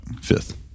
Fifth